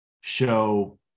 show